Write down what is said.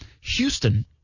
Houston